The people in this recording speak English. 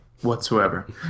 whatsoever